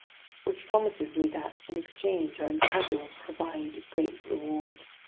which promises me that, in exchange, our encounter will provide great rewards.